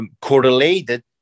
correlated